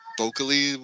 vocally